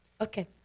Okay